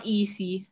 easy